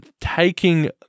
taking